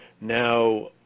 Now